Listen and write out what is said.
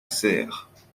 serres